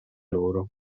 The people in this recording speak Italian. loro